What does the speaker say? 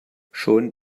schon